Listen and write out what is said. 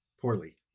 poorly